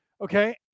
Okay